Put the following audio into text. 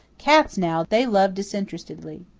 cats now, they love disinterestedly.